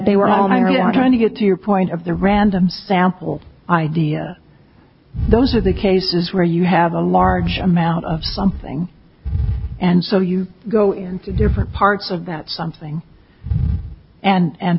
they were all tired out trying to get to your point of the random sample idea those are the cases where you have a large amount of something and so you go into different parts of that